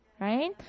right